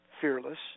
fearless